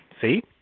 see